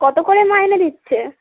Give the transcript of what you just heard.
কত করে মাইনে দিচ্ছে